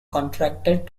contracted